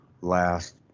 last